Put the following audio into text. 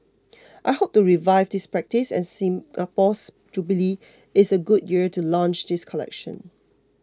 I hope to revive this practice and Singapore's jubilee is a good year to launch this collection